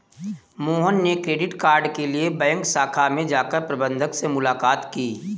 मोहन ने credit card के लिए बैंक शाखा में जाकर प्रबंधक से मुलाक़ात की